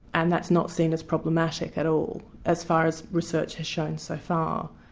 and that's not seen as problematic at all, as far as research has shown so far.